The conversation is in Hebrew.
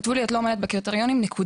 כתבו לי את לא עומדת בקריטריונים נקודה.